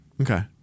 Okay